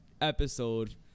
episode